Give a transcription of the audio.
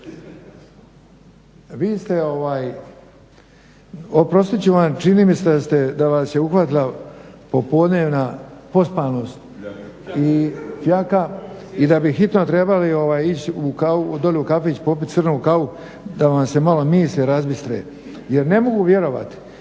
vi ste oprostit ću vam čini mi se da vas je uhvatila popodnevna pospanost i fjaka i da bi hitno trebali ići dolje u kafić popiti crnu kavu da vam se malo misli razbistre jer ne mogu vjerovati